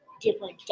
different